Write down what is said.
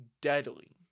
deadly